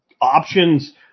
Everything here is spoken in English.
Options